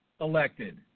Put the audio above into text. elected